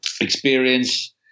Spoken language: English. experience